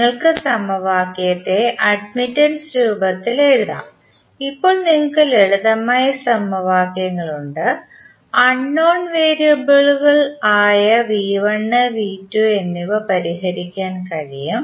നിങ്ങൾക്ക് സമവാക്യത്തെ അഡ്മിറ്റൻസ് രൂപത്തിൽ എഴുതാം ഇപ്പോൾ നിങ്ങൾക്ക് ലളിതമായ സമവാക്യങ്ങൾ ഉണ്ട് അൺനോൺ വേരിയബിളുകൾ ആയ എന്നിവ പരിഹരിക്കാൻ കഴിയും